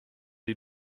die